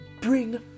bring